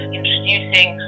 introducing